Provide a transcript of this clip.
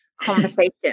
conversation